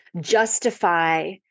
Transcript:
justify